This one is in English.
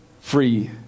free